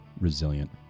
resilient